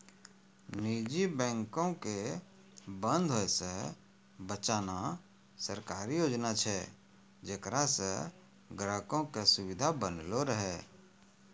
निजी बैंको के बंद होय से बचाना सरकारी योजना छै जेकरा से ग्राहको के सुविधा बनलो रहै